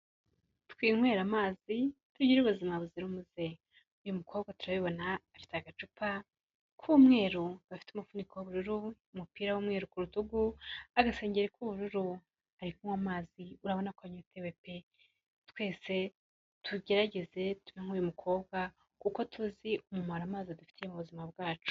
Twinywere amazi tugira ubuzima buzira umuze. Uyu mukobwa turabibona afite agacupa k'umweru gafite umufuniko w'ubururu, umupira w'umweru ku rutugu, agasengeri k'ubururu, ari kunywa amazi, urabona ko anyotewe pe. Twese tugerageze tube nk'uyu mukobwa kuko tuzi umumaro amazi adufitiye mu buzima bwacu.